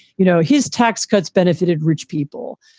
you know, his tax cuts benefited rich people.